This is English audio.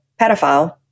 pedophile